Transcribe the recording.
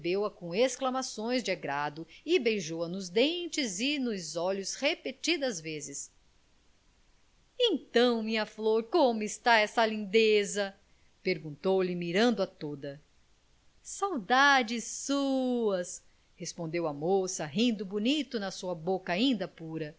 recebeu-a com exclamações de agrado e beijou-a nos dentes e nos olhos repetidas vezes então minha flor como está essa lindeza perguntou-lhe mirando a toda saudades suas respondeu a moça rindo bonito na sua boca ainda pura